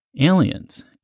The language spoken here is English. aliens